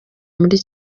muri